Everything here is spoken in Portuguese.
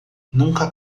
nunca